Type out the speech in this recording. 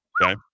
Okay